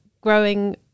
growing